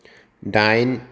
दाइन